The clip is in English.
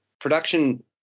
production